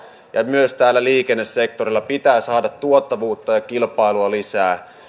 ja myös täällä liikennesektorilla pitää saada tuottavuutta ja kilpailua lisää